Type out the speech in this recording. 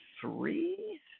three